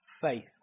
faith